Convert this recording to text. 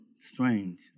strange